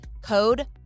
Code